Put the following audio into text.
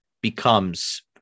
becomes